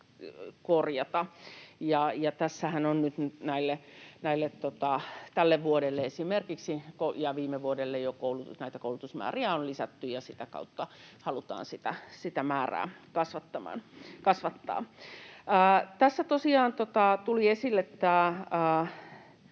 korjata. Ja tässähän nyt esimerkiksi tälle vuodelle ja viime vuodelle on jo näitä koulutusmääriä lisätty, ja sitä kautta halutaan sitä määrää kasvattaa. Tässä tosiaan tuli esille tämä